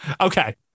Okay